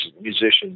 musicians